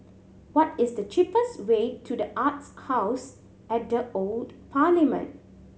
what is the cheapest way to The Arts House at the Old Parliament